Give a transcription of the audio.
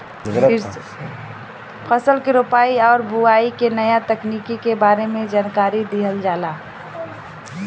फसल के रोपाई आउर बोआई के नया तकनीकी के बारे में जानकारी दिहल जाला